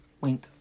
wink